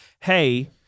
hey –